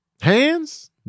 Hands